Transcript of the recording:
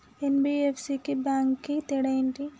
NBFC కి bank కి తేడా ఏంటి?